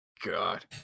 God